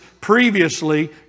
previously